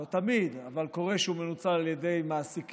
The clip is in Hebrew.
לא תמיד, אבל קורה שהוא מנוצל על ידי מעסיקים